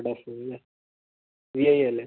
V I അല്ലേ